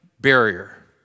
barrier